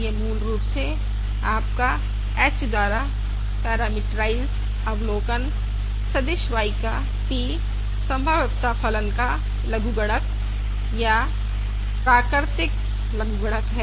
यह मूल रूप से आपका h द्वारा पैरामीट्राइज अवलोकन सदिश y का p संभाव्यता फलन का लघुगणक या प्राकृतिक लघुगणक है